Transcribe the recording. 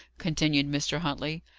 continued mr. huntley.